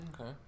Okay